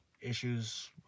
issues